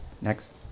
Next